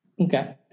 Okay